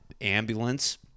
ambulance